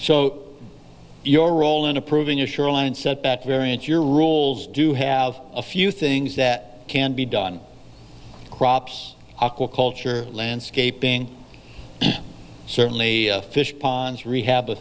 so your role in approving your shoreline set that variance your rules do have a few things that can be done crops aquaculture landscaping certainly fish ponds rehab